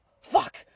fuck